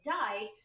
died